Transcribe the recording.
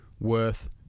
worth